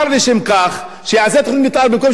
שיעשה תוכנית מיתאר במקום שיתעסק לי בשטויות